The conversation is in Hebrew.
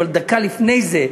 אבל דקה לפני זה,